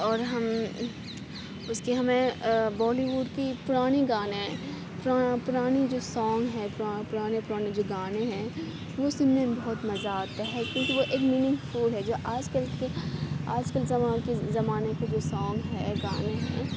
اور ہم اس کی ہمیں بالی ووڈ کی پرانی گانے پرانی جو سانگ ہیں پرا پرانے پرانے جو گانے ہیں وہ سننے میں بہت مزہ آتا ہے کیونکہ وہ ایک مینگ فل ہے جو آج کل کے آج کل زمانے کے جو سانگ ہے گانے ہیں